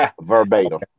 Verbatim